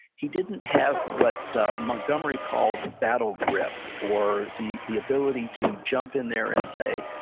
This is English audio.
he didn't have what montgomery called battle grip, or the the ability to jump in there and say,